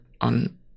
on